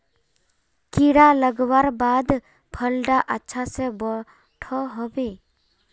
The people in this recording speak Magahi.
कीड़ा लगवार बाद फल डा अच्छा से बोठो होबे?